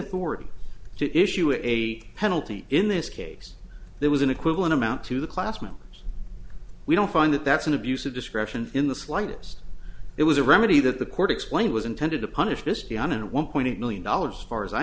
authority to issue a penalty in this case there was an equivalent amount to the classmate so we don't find that that's an abuse of discretion in the slightest it was a remedy that the court explained was intended to punish christiane and one point eight million dollars far as i